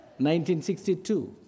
1962